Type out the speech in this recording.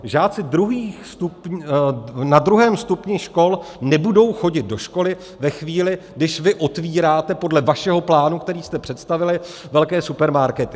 Žáci na druhém stupni škol nebudou chodit do školy ve chvíli, když vy otvíráte podle vašeho plánu, který jste představili, velké supermarkety.